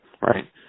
Right